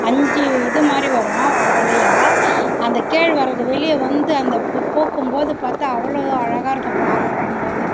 அஞ்சு இது மாதிரி வரும் வலை வலையாக அந்த கேழ்வரகு வெளியே வந்து அந்த பூ பூக்கும்போது பார்த்தா அவ்வளோ அழகாக இருக்கும் பார்க்கும்போது